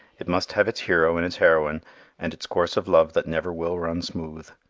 it must have its hero and its heroine and its course of love that never will run smooth.